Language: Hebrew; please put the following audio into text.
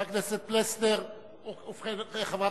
אדוני